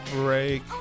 break